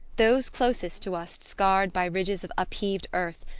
those closest to us scarred by ridges of upheaved earth,